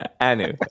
Anu